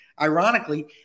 ironically